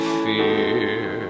fear